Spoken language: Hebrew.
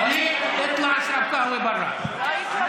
ווליד, (אומר בערבית: צא,